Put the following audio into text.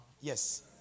Yes